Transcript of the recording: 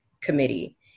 committee